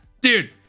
Dude